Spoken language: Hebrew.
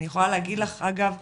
אני יכולה להגיד לך אגב,